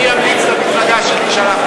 אני אמליץ למפלגה שלי שאנחנו,